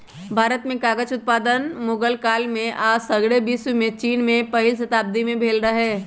भारत में कागज उत्पादन मुगल काल में आऽ सग्रे विश्वमें चिन में पहिल शताब्दी में भेल रहै